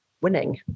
winning